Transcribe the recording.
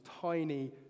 tiny